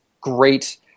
great